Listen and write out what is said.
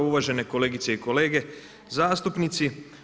Uvažene kolegice i kolege zastupnici.